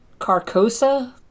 Carcosa